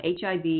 HIV